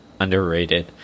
underrated